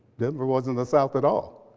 denver wasn't the south at all.